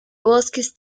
bosques